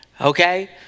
Okay